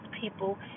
people